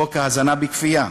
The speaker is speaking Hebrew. חוק ההזנה בכפייה,